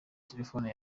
telefone